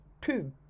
two